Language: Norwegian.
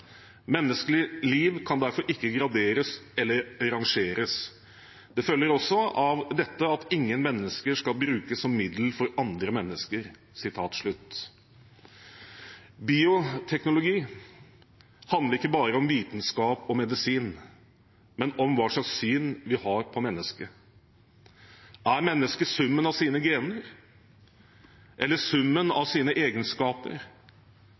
Menneskelig liv kan derfor ikke graders eller rangeres. Det følger også av dette at ingen mennesker skal brukes som middel for andre mennesker.» Bioteknologi handler ikke bare om vitenskap og medisin, men om hva slags syn vi har på mennesket. Er mennesket summen av sine gener eller summen av sine egenskaper?